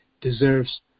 deserves